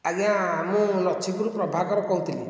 ଆଜ୍ଞା ମୁଁ ଲଛିପୁରରୁ ପ୍ରଭାକର କହୁଥିଲି